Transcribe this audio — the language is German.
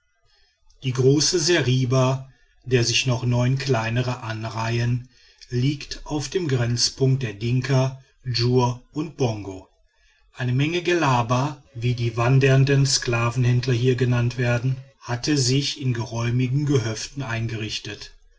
die große seriba der sich noch neun kleinere anreihen liegt auf dem grenzpunkt der dinka djur und bongo eine menge gellaba wie die wandernden sklavenhändler hier genannt werden hatte sich in geräumigen gehöften eingerichtet